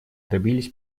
добились